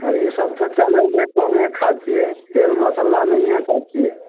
फेर ई सब तऽ चलै नहि कमे खाइत छियै तेल मसल्ला नहिए खाइत छियै